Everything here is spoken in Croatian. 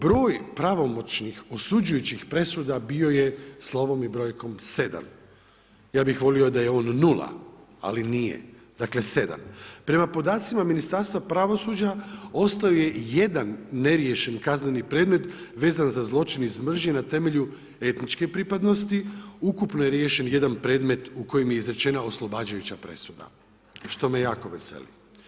Broj pravomoćnih osuđujućih presuda bio je slovom i brojkom 7. ja bih volio da je on 0, ali nije, dakle 7. Prema podacima Ministarstva pravosuđa, ostao je jedan neriješen kazneni predmet vezan za zločin iz mržnje na temelju etničke pripadnosti, ukupno je riješen jedan predmet u kojem je izrečena oslobađajuća presuda, što me jako veseli.